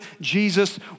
Jesus